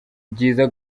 byiza